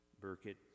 Burkett